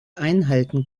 einhalten